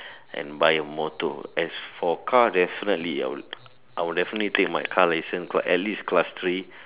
and buy motor as for car definitely I will I will definitely take my car license at least class three